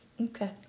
Okay